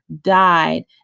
died